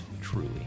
truly